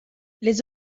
les